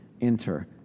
enter